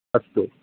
अस्तु